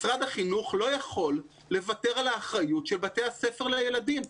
משרד החינוך לא יכול לוותר על האחריות של בתי הספר לילדים.